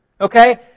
Okay